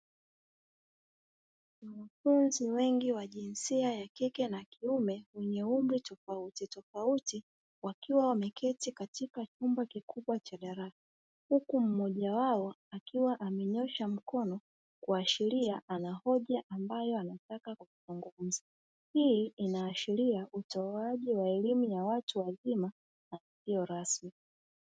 Wanafunzi wengi wa jinsia ya kike na kiume wenye umri tofautitofauti wakiwa wameketi katika chumba kikubwa cha darasa huku mmoja wao akiwa amenyoosha mkono kuashiria ana hoja ambayo anataka kuzungumza. Hii inaashia utolewaji wa elimu ya watu wazima na isiyo rasmi.